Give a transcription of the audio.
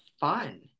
fun